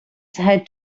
had